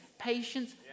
Patience